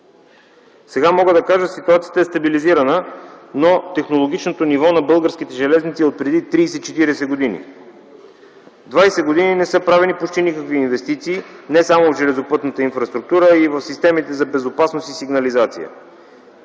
Сега мога да кажа, че ситуацията е стабилизирана, но технологичното ниво на Българските железници е отпреди 30 40 години. Двадесет години не са правени почти никакви инвестиции не само в железопътната инфраструктура, но и в системите за безопасност и сигнализация.